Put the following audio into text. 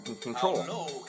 control